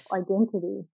identity